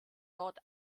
dort